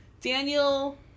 Daniel